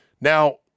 Now